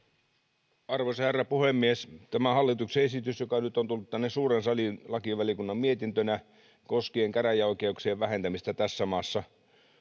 arvoisa herra puhemies tämä hallituksen esitys joka nyt on tullut tänne suureen saliin lakivaliokunnan mietintönä koskien käräjäoikeuksien vähentämistä tässä maassa